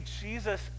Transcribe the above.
Jesus